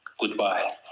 goodbye